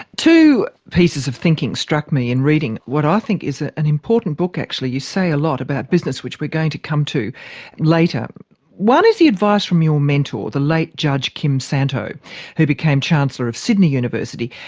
two pieces of thinking struck me in reading, what i think is ah an important book actually, you say a lot about business, which we're going to come to later one is the advice from your mentor, the late judge kim santow who became chancellor of sydney university,